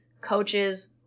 coaches